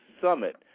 summit